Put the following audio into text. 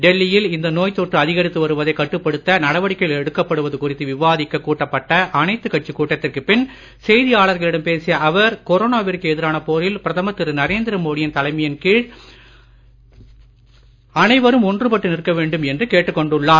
டெல்லியில் இந்த நோய் தொற்று அதிகரித்து வருவதை கட்டுப்படுத்த நடவடிக்கைகள் எடுக்கப்படுவது குறித்து விவாதிக்க கூட்டப்பட்ட அனைத்து கட்சி கூட்டத்திற்கு பின் செய்தியாளர்களிடம் பேசிய அவர் கொரோனாவிற்கு எதிரான போரில் பிரதமர் திரு நரேந்திர மோடியின் தலைமையின் கீழ் அனைவரும் ஒன்றுபட்டு நிற்க வேண்டும் என்று கேட்டுக் கொண்டுள்ளார்